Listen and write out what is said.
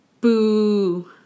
boo